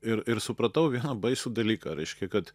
ir ir supratau vieną baisų dalyką reiškia kad